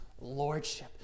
Lordship